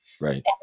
Right